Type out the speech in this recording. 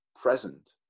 present